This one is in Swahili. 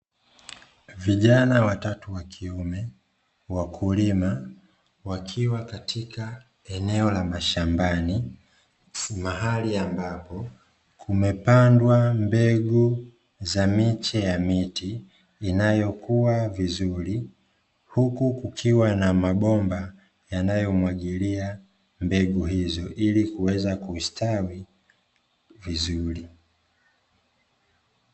Vijana watatu wa kiume wakulima, wakiwa katika eneo la mashambani, mahali ambapo kumepandwa mbegu za miche ya miti, inayokua vizuri. Huku kukiwa na mabomba, yanayomwagilia mbegu hizo, ili kuweza kustawi vizuri.